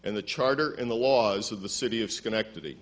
and the charter and the laws of the city of schenectady